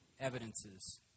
evidences